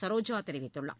சரோஜா தெரிவித்துள்ளார்